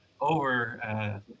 over